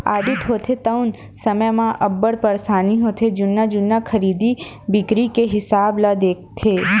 audit होथे तउन समे म अब्बड़ परसानी होथे जुन्ना जुन्ना खरीदी बिक्री के हिसाब ल देखथे